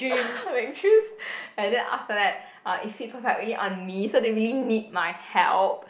then after that uh it fit perfectly on me so they really need my help